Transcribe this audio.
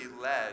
led